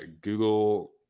Google